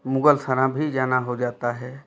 मुगलसराय भी जाना हो जाता है